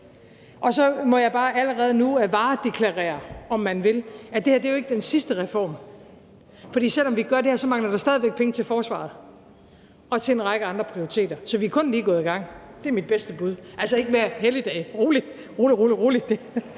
Og så må jeg bare allerede nu varedeklarere, om man vil, at det her jo ikke er den sidste reform, for selv om vi gør det her, mangler der stadig væk penge til forsvaret og til en række andre prioriteter. Så vi er kun lige gået i gang, det er mit bedste bud, altså ikke med helligdage – rolig, rolig, rolig.